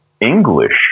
English